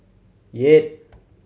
eight